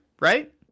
right